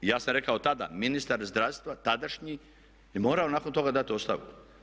I ja sam rekao tada, ministar zdravstva tadašnji je morao nakon toga dati ostavku.